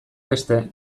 beste